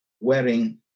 wearing